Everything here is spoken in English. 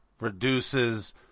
reduces